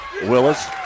Willis